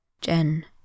Jen